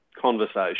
conversation